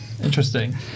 Interesting